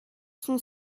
son